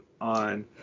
on